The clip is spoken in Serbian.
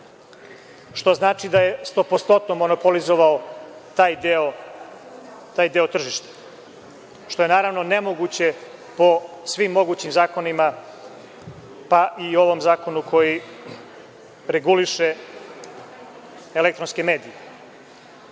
što znači da je stopostotno monopolizovao taj deo tržišta, što je naravno nemoguće po svim mogućim zakonima, pa i u ovom zakonu koji reguliše elektronske medije. Da